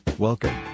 Welcome